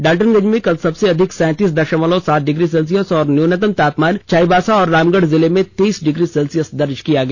डाल्टनगंज में कल सबसे अधिक सैंतीस दषमलव सात डिग्री सेल्सियस और न्यूनतम तापमान चाईबासा और रामगढ जिले में तेईस डिग्री सेल्सियस दर्ज किया गया